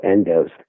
endos